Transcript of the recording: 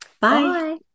Bye